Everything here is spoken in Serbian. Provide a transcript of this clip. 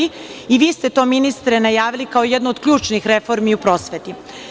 I vi ste to, ministre, najavili kao jednu od ključnih reformi u prosveti.